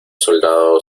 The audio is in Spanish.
soldado